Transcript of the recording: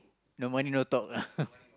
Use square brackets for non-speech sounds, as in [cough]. no money no talk ah [laughs]